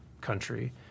country